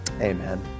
amen